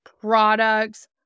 products